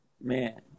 man